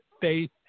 faith